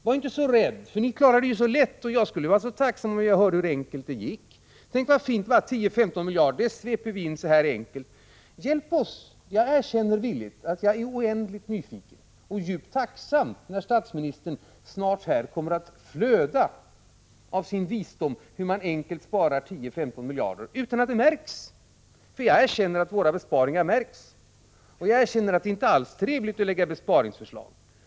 Var inte så rädda, ni klarar ju det så lätt. Jag skulle vara så tacksam om jag hörde hur enkelt det gick till. Tänk vad fint det skulle vara om vi fick reda på hur man på ett enkelt sätt sveper in 10-15 miljarder. Hjälp oss! Jag erkänner villigt att jag är oändligt nyfiken och kommer att vara djupt tacksam när statsministern snart kommer att flöda av sin visdom beträffande hur man enkelt spar 10-15 miljarder utan att det märks. Jag erkänner nämligen att våra besparingar märks, och jag erkänner att det inte alls är trevligt att lägga fram besparingsförslag.